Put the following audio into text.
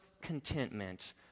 contentment